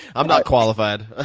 i'm not qualified. ah